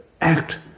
act